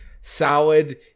solid